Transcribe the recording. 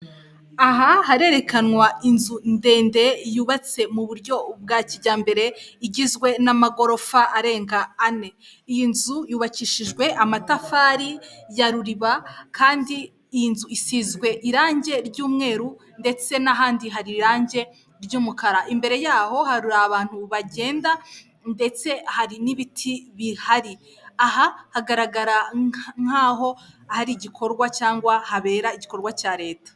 Aha harerekanwa inzu ndende yubatse mu buryo bwa kijyambere igizwe n'amagorofa arenga ane iyi nzu yubakishijwe amatafari ya ruriba, kandi iyi nzu isizwe irangi ry'umweru ndetse nahandi hari irange ry'umukara imbere yaho hari abantu bagenda ndetse hari n'ibiti bihari, aha hagaragara nkaho hari igikorwa cyangwa habera igikorwa cya leta.